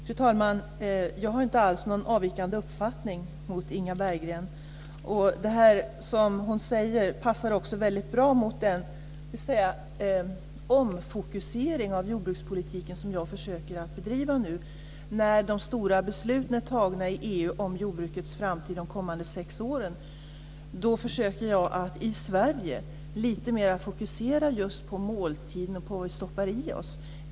Fru talman! Jag har inte alls någon avvikande uppfattning gentemot Inga Berggrens. Det hon säger passar också mycket bra tillsammans med den omfokusering av jordbrukspolitiken som jag försöker bedriva nu när de stora besluten är fattade i EU om jordbrukets framtid de kommande sex åren. Jag försöker att i Sverige lite mer fokusera just på måltiden och det vi stoppar i oss.